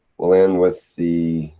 we'll end with the.